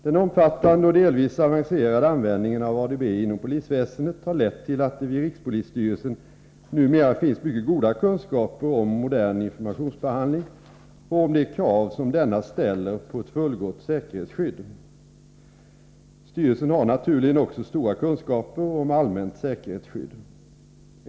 Den omfattande och delvis avancerade användningen av ADB inom polisväsendet har lett till att det vid rikspolisstyrelsen numera finns mycket goda kunskaper om modern informationsbehandling och om de krav som denna ställer på ett fullgott säkerhetsskydd. Styrelsen har naturligen också stora kunskaper om allmänt säkerhetsskydd.